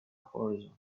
horizon